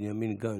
בנימין גנץ.